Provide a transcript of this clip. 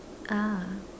ah